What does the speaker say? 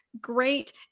great